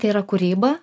tai yra kūryba